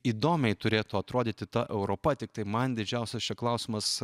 įdomiai turėtų atrodyti ta europa tiktai man didžiausias čia klausimas